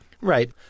Right